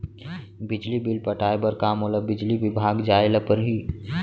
बिजली बिल पटाय बर का मोला बिजली विभाग जाय ल परही?